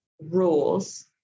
rules